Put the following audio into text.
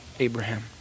abraham